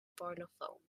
parlofoon